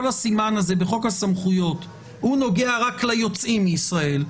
כל הסימן הזה בחוק הסמכויות נוגע רק ליוצאים מישראל,